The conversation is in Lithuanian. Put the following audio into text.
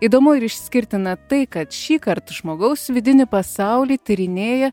įdomu ir išskirtina tai kad šįkart žmogaus vidinį pasaulį tyrinėja